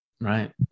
Right